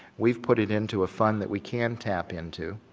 we've put it into a fund that we can tap into